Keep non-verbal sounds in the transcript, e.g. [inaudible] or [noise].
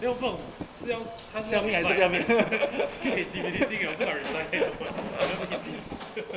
对我不懂是要它是要 rewrite [laughs] as you put see a D_V_D think your 华人买 talking about now look at this [breath]